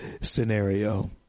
scenario